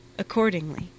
Accordingly